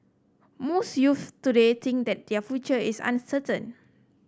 most youths today think that their future is uncertain